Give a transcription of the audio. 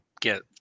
get